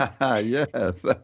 Yes